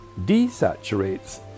desaturates